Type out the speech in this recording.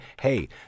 hey